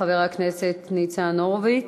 חבר הכנסת ניצן הורוביץ.